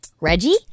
Reggie